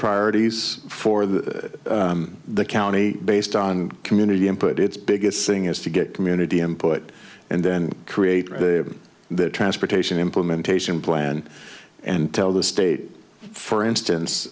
priorities for that the county based on community input its biggest thing is to get community input and then create the transportation implementation plan and tell the state for instance